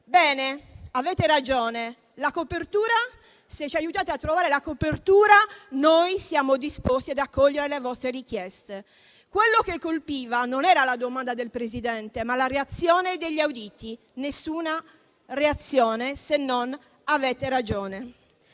bene, avete ragione; se ci aiutate a trovare la copertura, noi siamo disposti ad accogliere le vostre richieste. Quello che colpiva non era la domanda del Presidente, ma la reazione degli auditi: nessuna reazione, se non quella